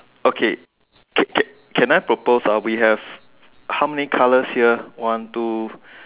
okay can can can I propose we have how many colours here one two